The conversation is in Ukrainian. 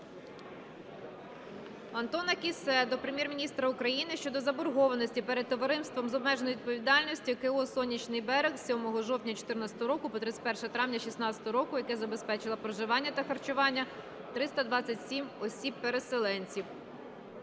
Антона Кіссе до Прем'єр-міністра України щодо заборгованості перед товариством з обмеженою відповідальністю "КО "Сонячний берег" з 7 жовтня 2014 року по 31 травня 2016 року, яке забезпечило проживання та харчування 327 осіб переселенців.